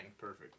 perfect